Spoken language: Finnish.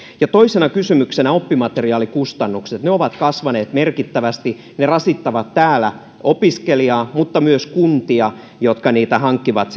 ja toisena kysymyksenä oppimateriaalikustannukset ne ovat kasvaneet merkittävästi ne rasittavat opiskelijaa mutta myös kuntia jotka oppimateriaalia hankkivat